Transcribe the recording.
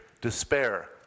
despair